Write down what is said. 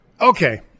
Okay